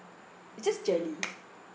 it's just jelly